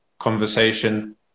conversation